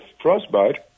Frostbite